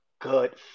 good